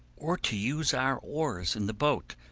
or to use our oars in the boat,